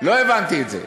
לא הבנתי את זה.